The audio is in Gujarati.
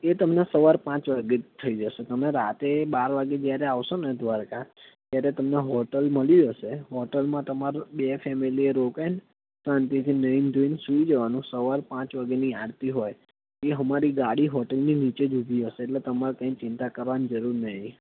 એ તમને સવાર પાંચ વાગ્યે થઈ જશે તમે રાતે બાર વાગ્યે જ્યારે આવશોને દ્વારકા ત્યારે તમને હોટેલ મળી જશે હોટલમાં તમારું બે ફેમિલી રોકાઈને શાંતિથી નાહી ધોઈને સૂઈ જવાનું સવારે પાંચ વાગ્યાની આરતી હોય એ હમારી ગાડી હોટેલની નીચે જ ઊભી હશે એટલે તમારે કંઈ ચિંતા કરવાની જરૂર નહીં